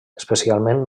especialment